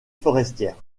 forestière